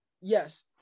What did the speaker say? Yes